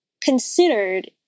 considered